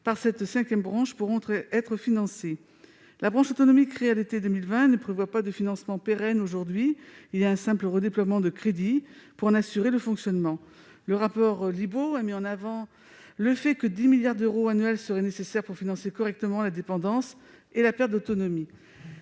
par cette cinquième branche pourront être financées. La branche autonomie, créée à l'été 2020, ne bénéficie pas de financement pérenne, mais d'un simple redéploiement de crédit. Le rapport Libault a mis en avant le fait que 10 milliards d'euros annuels seraient nécessaires pour financer correctement la dépendance et la perte d'autonomie.